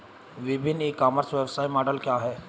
विभिन्न e commerce व्यवसाय model क्या हैं?